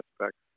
aspects